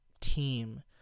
team